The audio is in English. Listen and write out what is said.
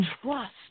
trust